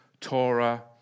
Torah